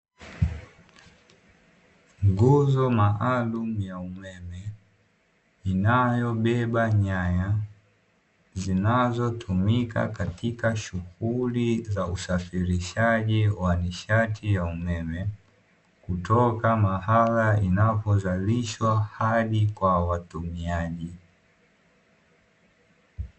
Nguzo maalumu ya umeme inayobeba nyaya zinazotumika katika shughuli za usafirishaji wa nishati za umeme, kutoka mahala inapozalishwa hadi kwa watumiaji.